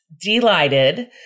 delighted